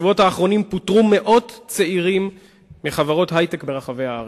בשבועות האחרונים פוטרו מאות צעירים מחברות היי-טק ברחבי הארץ.